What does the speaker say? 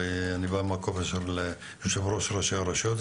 הרי אני בא ממקום של יו"ר ראשי רשויות,